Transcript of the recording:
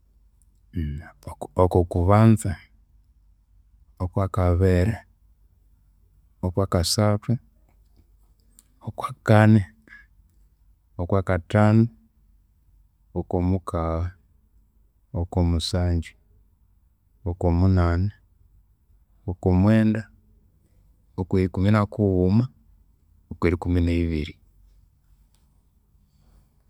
Okwokubanza, okwakabiri, okwakasathu, okwakani, okwakathanu, okwomukagha, okwomusanju, okwomunani, okwomwenda, okwerikumi nakughuma, okwerikumi neyibiri.